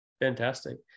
Fantastic